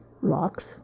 Rocks